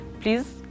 Please